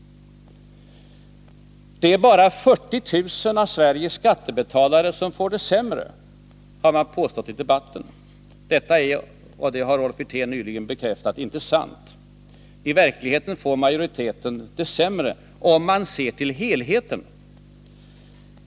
Det är bara 40 000 av Sveriges skattebetalare som får det sämre, har det påståtts i debatten. Detta är — och det har Rolf Wirtén nyligen bekräftat — inte sant. I verkligheten får majoriteten det sämre, om man ser till helheten.